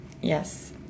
Yes